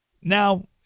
Now